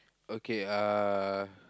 okay uh